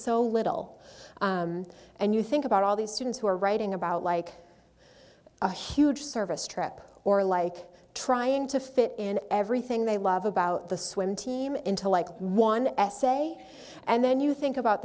so little and you think about all these students who are writing about like a huge service trip or like trying to fit in everything they love about the swim team into like one essay and then you think about